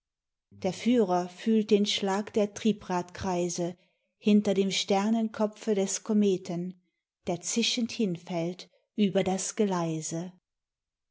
der führer fühlt den schlag der triebradkreise hinter dem sternenkopfe des kometen der zischend hinfällt über das geleise